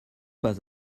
pas